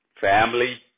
family